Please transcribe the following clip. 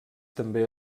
també